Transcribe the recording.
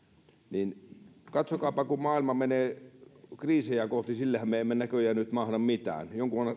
niin katsokaapa kun maailma menee kriisejä kohti sillehän me emme näköjään nyt mahda mitään